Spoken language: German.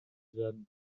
werden